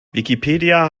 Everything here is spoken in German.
wikipedia